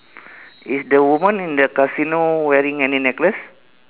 is the woman in the casino wearing any necklace